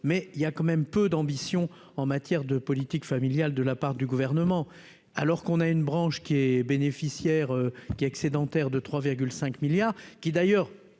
mais il y a quand même peu d'ambition en matière de politique familiale de la part du gouvernement, alors qu'on a une branche qui est bénéficiaire qui excédentaire de 3 5 milliards qui d'ailleurs